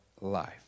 life